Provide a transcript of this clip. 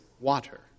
water